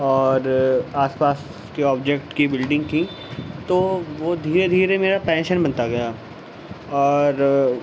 اور آس پاس کے آبجیکٹ کی بلڈنگ کی تو وہ دھیرے دھیرے میرا پیشن بنتا گیا اور